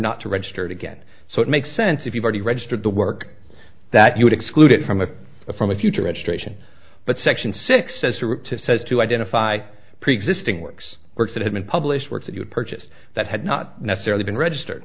not to register it again so it makes sense if you've already registered the work that you would exclude it from a form of future registration but section six as a route to says to identify preexisting works works that have been published works that you purchased that had not necessarily been registered